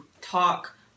talk